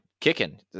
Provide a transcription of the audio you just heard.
Kicking